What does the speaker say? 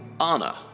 Anna